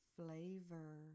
flavor